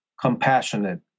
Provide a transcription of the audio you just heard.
compassionate